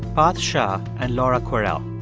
parth shah and laura kwerel.